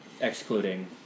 excluding